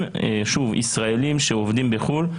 ישראלים שעובדים בחו"ל,